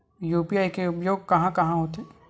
UPI के उपयोग कहां कहा होथे?